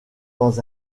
dans